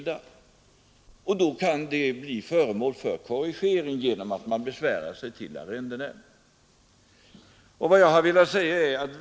Då kan detta pris bli föremål för en korrigering genom att man besvärar sig hos arrendenämnden.